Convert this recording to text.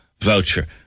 voucher